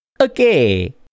Okay